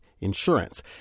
insurance